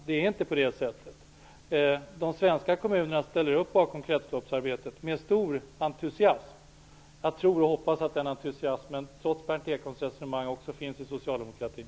Det är ju inte på det sättet, utan de svenska kommunerna ställer upp bakom kretsloppsarbetet med stor entusiasm. Jag tror och hoppas att den entusiasmen trots Berndt Ekholms resonemang finns också i socialdemokratin.